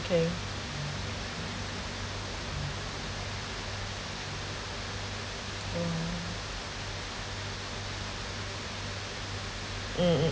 okay mm mm mm